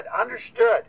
Understood